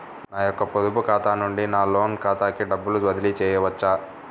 నా యొక్క పొదుపు ఖాతా నుండి నా లోన్ ఖాతాకి డబ్బులు బదిలీ చేయవచ్చా?